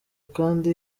kandi